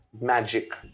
magic